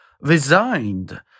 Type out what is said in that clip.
resigned